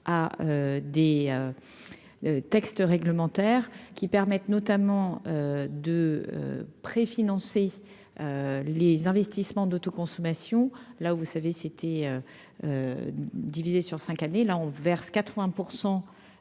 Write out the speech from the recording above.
à des textes réglementaires qui permettent notamment de préfinancer, les investissements d'autoconsommation là où vous savez c'était divisé sur 5 années, là on verse 80